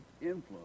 influence